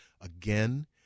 again